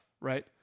right